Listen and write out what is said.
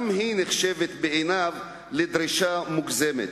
גם היא נחשבת בעיניו לדרישה מוגזמת.